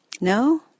No